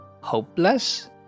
hopeless